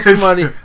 money